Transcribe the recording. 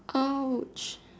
!ouch!